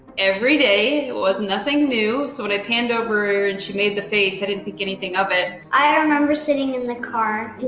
every day, it was nothing new. so when i panned over and she made the face, i didn't think anything of it. i i remember sitting in the car.